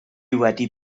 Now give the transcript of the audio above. wedi